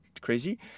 crazy